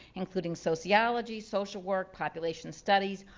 including sociology, social work, population studies,